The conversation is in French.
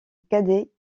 cadet